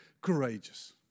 courageous